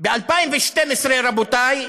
ב-2012, רבותי,